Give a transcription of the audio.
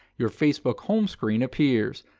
your facebook home screen appears.